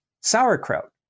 sauerkraut